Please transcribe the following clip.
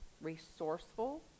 resourceful